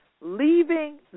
leaving